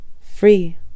free